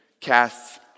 casts